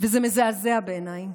וזה מזעזע בעיניי.